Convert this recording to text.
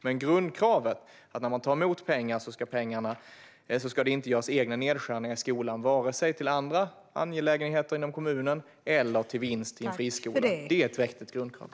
Men grundkravet är: När man tar emot pengar ska det inte göras egna nedskärningar i skolan - det ska inte gå till vare sig andra angelägenheter inom kommunen eller vinst i en friskola. Detta är ett vettigt grundkrav.